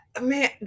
man